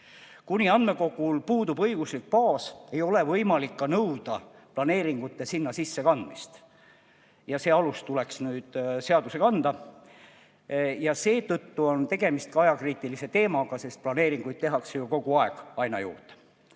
Kuni andmekogul puudub õiguslik baas, ei ole võimalik ka nõuda planeeringute sinna sisse kandmist. See alus tuleks nüüd seadusega anda. Ja seetõttu on tegemist ajakriitilise eelnõuga, sest planeeringuid tehakse ju kogu aeg aina juurde.